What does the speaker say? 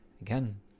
Again